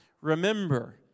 remember